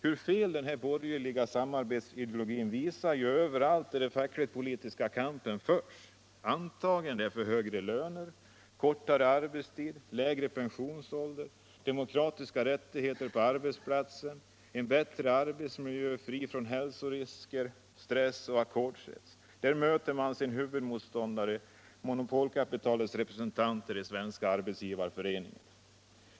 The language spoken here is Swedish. Hur felaktig den borgerliga samarbetsideologin är visar sig överallt där den politiska kampen förs, oavsett om den gäller högre löner, kortare arbetstid, lägre pensionsålder, demokratiska rättigheter på arbetsplatsen eller bättre arbetsmiljö, som är fri från hälsorisker, stress och ackordshets. Där möter man sina huvudmotståndare, monopolkapitalets representanter i Svenska arbetsgivareföreningen.